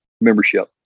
membership